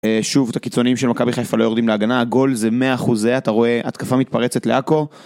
שוב, את הקיצונים של מכבי חיפה לא יורדים להגנה, הגול זה 100% זה, אתה רואה, התקפה מתפרצת לעכו.